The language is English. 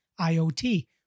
IoT